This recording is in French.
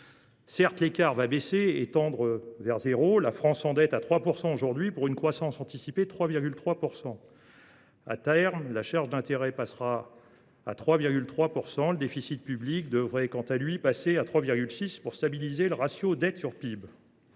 Certes, l’écart va baisser et tendre vers zéro. La France s’endette aujourd’hui à 3 % pour une croissance anticipée de 3,3 %. À terme, la charge d’intérêt passera à 3,3 % quand le déficit public devrait passer à 3,6 %, pour stabiliser le ratio de dette sur PIB.